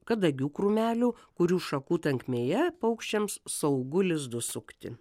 kadagių krūmelių kurių šakų tankmėje paukščiams saugu lizdus sukti